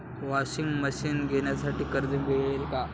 Washing machine घेण्यासाठी कर्ज मिळेल का?